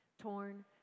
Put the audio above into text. torn